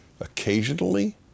occasionally